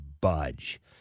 budge